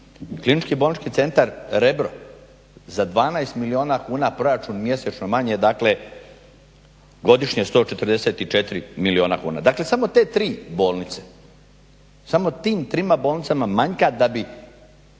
Klinički bolnički centar "Rebro" za 12 milijuna kuna proračun mjesečno manje, dakle godišnje 144 milijuna kuna. Dakle samo te tri bolnice, samo tim trima bolnicama manjka da bi